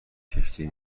کشتی